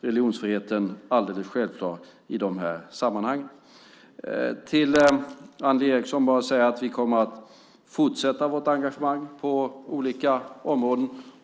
Religionsfriheten är alldeles självklar i de här sammanhangen. Till Annelie Enochson vill jag bara säga att vi kommer att fortsätta vårt engagemang på olika områden.